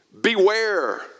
beware